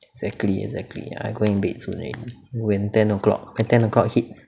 exactly exactly I going bed soon already when ten O clock when ten O clock hit